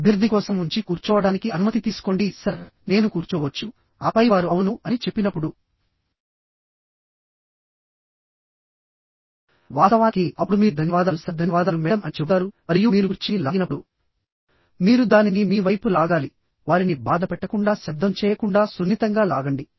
అభ్యర్థి కోసం ఉంచి కూర్చోవడానికి అనుమతి తీసుకోండి సర్ నేను కూర్చోవచ్చు ఆపై వారు అవును అని చెప్పినప్పుడు వాస్తవానికి అప్పుడు మీరు ధన్యవాదాలు సర్ ధన్యవాదాలు మేడమ్ అని చెబుతారు మరియు మీరు కుర్చీని లాగినప్పుడు మీరు దానిని మీ వైపు లాగాలి వారిని బాధపెట్టకుండా శబ్దం చేయకుండా సున్నితంగా లాగండి